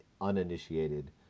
uninitiated